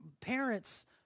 parents